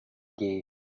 gee